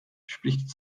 spricht